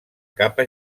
capa